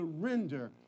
surrender